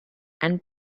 and